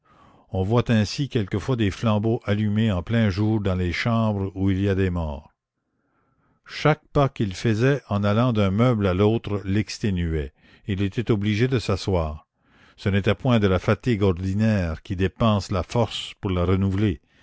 on voit ainsi quelquefois des flambeaux allumés en plein jour dans les chambres où il y a des morts chaque pas qu'il faisait en allant d'un meuble à l'autre l'exténuait et il était obligé de s'asseoir ce n'était point de la fatigue ordinaire qui dépense la force pour la renouveler